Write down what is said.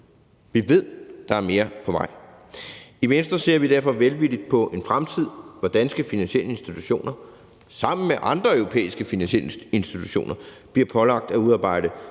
vi ved, at der er mere på vej. I Venstre ser vi derfor velvilligt på en fremtid, hvor danske finansielle institutioner sammen med andre europæiske finansielle institutioner bliver pålagt at udarbejde